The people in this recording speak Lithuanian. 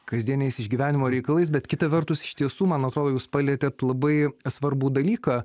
kasdieniais išgyvenimo reikalais bet kita vertus iš tiesų man atrodo jūs palietėt labai svarbų dalyką